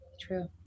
True